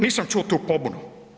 Nisam čuo tu pobunu.